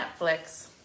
Netflix